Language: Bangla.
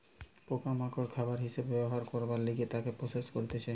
পোকা মাকড় খাবার হিসাবে ব্যবহার করবার লিগে তাকে প্রসেস করতিছে